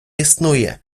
існує